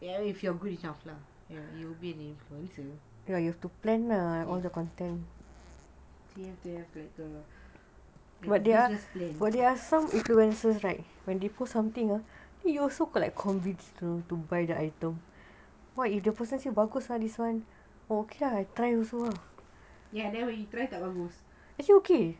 you know if you're good enough lah you will be an influence you know so you have to like have a yes then when you try tak bagus